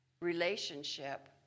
relationship